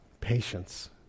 patience